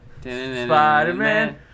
Spider-Man